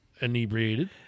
inebriated